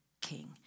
king